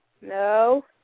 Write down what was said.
No